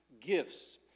gifts